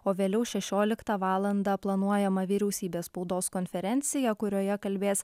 o vėliau šešioliktą valandą planuojama vyriausybės spaudos konferencija kurioje kalbės